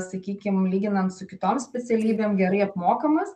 sakykim lyginant su kitom specialybėm gerai apmokamas